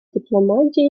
дипломатии